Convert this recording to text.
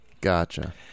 Gotcha